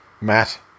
Matt